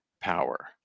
power